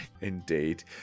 indeed